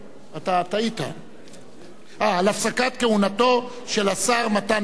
אתה טעית, אה, על הפסקת כהונתו של השר מתן וילנאי.